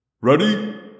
Ready